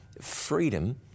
freedom